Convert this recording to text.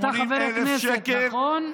אתה חבר הכנסת, נכון?